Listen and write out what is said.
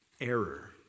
error